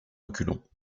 reculons